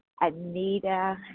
Anita